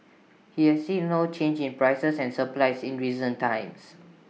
he has seen no change in prices and supplies in recent times